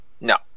No